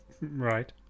Right